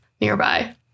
nearby